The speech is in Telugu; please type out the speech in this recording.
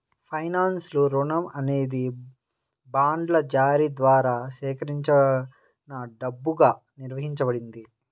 ఫైనాన్స్లో, రుణం అనేది బాండ్ల జారీ ద్వారా సేకరించిన డబ్బుగా నిర్వచించబడింది